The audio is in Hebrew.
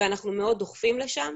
ואנחנו מאוד דוחפים לשם.